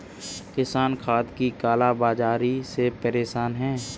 किसान खाद की काला बाज़ारी से परेशान है